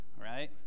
right